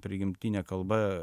prigimtine kalba